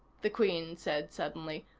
the queen said suddenly,